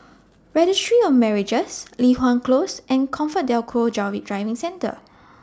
Registry of Marriages Li Hwan Close and ComfortDelGro Driving Centre